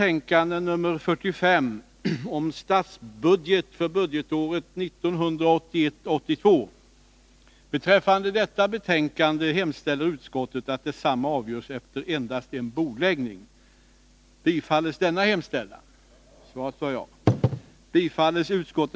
Ärade kammarledamöter!